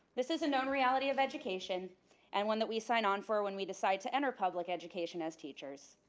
this is a known reality of education and one that we sign on for when we decide to enter public education as teachers.